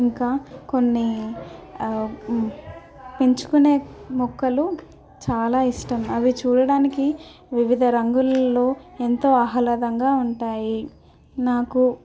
ఇంకా కొన్ని పెంచుకునే మొక్కలు చాలా ఇష్టం అవి చూడటానికి వివిధ రంగుల్లో ఎంతో ఆహ్లాదంగా ఉంటాయి నాకు